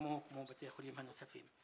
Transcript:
כמו בתי החולים הנוספים.